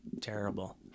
terrible